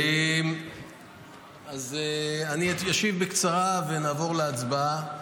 אז אני אשיב בקצרה ונעבור להצבעה.